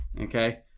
okay